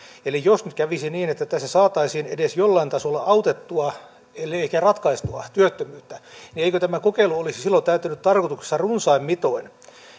eli jos nyt kävisi niin että tällä saataisiin edes jollain tasolla autettua ellei ehkä ratkaistua työttömyyttä niin eikö tämä kokeilu olisi silloin täyttänyt tarkoituksensa runsain mitoin